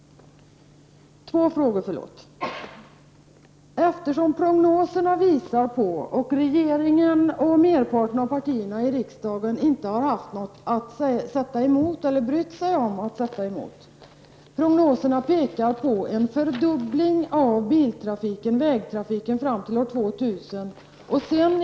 Regeringen och merparten av partierna i riksdagen har inte haft något att sätta emot, eller brytt sig om att sätta emot, de prognoser som pekar på en fördubbling av biltrafiken på vägarna till år 2000.